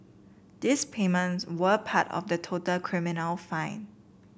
these payments were part of the total criminal fine